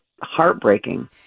heartbreaking